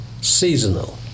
seasonal